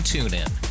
TuneIn